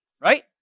Right